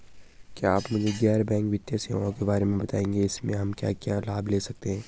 क्या आप मुझे गैर बैंक वित्तीय सेवाओं के बारे में बताएँगे इसमें हम क्या क्या लाभ ले सकते हैं?